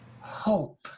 hope